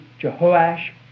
Jehoash